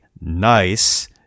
nice